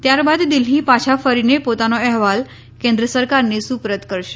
ત્યારબાદ દિલ્ફી પાછા ફરીને પોતાનો અહેવાલ કેન્દ્ર સરકારને સુપરત કરશે